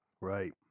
Right